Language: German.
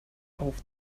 auf